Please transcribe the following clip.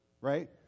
right